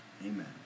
amen